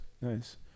Nice